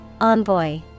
Envoy